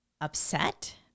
upset